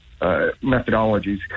methodologies